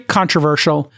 controversial